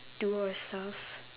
do your stuff